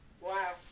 Wow